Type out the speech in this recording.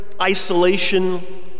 isolation